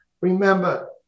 Remember